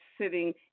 sitting